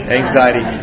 anxiety